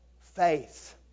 faith